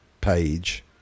page